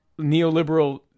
neoliberal